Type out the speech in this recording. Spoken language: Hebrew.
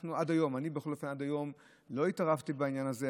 אני בכל אופן עד היום לא התערבתי בעניין הזה.